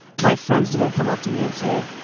my friends didn't come up to me and say,